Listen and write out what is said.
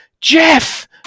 Jeff